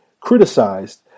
criticized